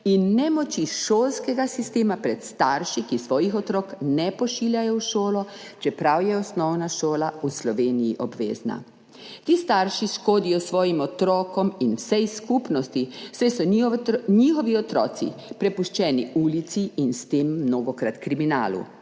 in nemoči šolskega sistema pred starši, ki svojih otrok ne pošiljajo v šolo, čeprav je osnovna šola v Sloveniji obvezna. Ti starši škodijo svojim otrokom in vsej skupnosti, saj so njihovi otroci prepuščeni ulici in s tem mnogokrat kriminalu,